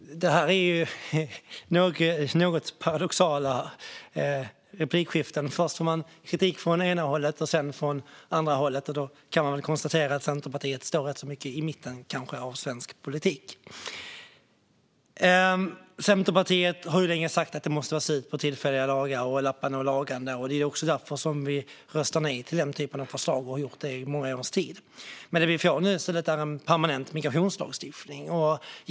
Fru talman! Detta är något paradoxala replikskiften. Först får man kritik från ena hållet och sedan från det andra. Då kan man kanske konstatera att Centerpartiet står rätt så mycket i mitten av svensk politik. Centerpartiet har länge sagt att det måste vara slut med tillfälliga lagar och lappande och lagande. Det är också därför vi röstar nej till den typen av förslag och har gjort det i många års tid. Det vi nu i stället får är en permanent migrationslagstiftning.